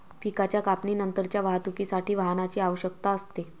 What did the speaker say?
पिकाच्या कापणीनंतरच्या वाहतुकीसाठी वाहनाची आवश्यकता असते